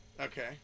Okay